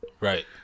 Right